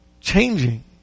changing